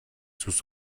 sus